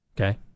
okay